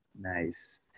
Nice